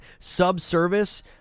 subservice